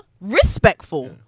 Respectful